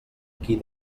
qui